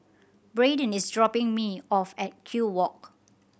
Bradyn is dropping me off at Kew Walk